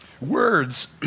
Words